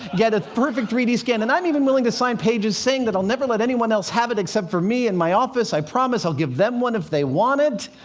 get a perfect three d scan. and i'm even willing to sign pages saying that i'll never let anyone else have it, except for me in my office, i promise. i'll give them one if they want it.